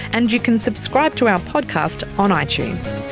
and you can subscribe to our podcast on ah itunes